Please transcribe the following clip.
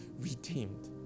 redeemed